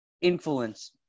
influence